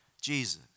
Jesus